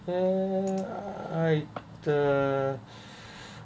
uh I uh